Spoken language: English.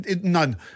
none